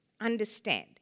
understand